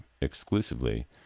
exclusively